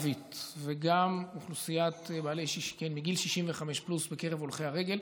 גם באוכלוסייה הערבית וגם באוכלוסיית גיל 65 פלוס בקרב הולכי הרגל,